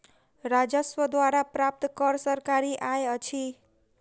राजस्व द्वारा प्राप्त कर सरकारी आय अछि